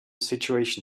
situation